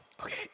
Okay